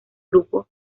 grupo